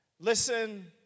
Listen